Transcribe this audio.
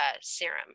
serum